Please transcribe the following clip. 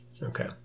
Okay